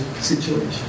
situation